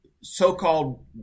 so-called